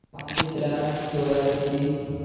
पंज त्रै दो ज्हार इक्की